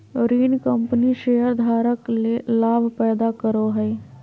ऋण कंपनी शेयरधारक ले लाभ पैदा करो हइ